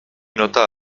nota